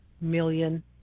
million